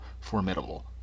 formidable